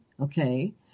Okay